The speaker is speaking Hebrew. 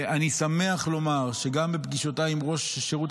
אני שמח לומר שגם בפגישות עם ראש שירות